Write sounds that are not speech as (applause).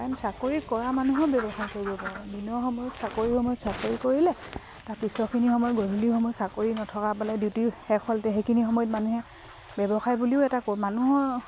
কাৰণ চাকৰি কৰা মানুহে ব্যৱসায় কৰিব পাৰে দিনৰ সময়ত চাকৰি সময়ত চাকৰি কৰিলে তাৰ পিছৰখিনি সময়ত গধূলি সময়ত চাকৰি নথকা বেলা ডিউটি শেষ (unintelligible) সেইখিনি সময়ত মানুহে ব্যৱসায় বুলিও এটা (unintelligible) মানুহৰ